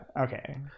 Okay